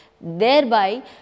thereby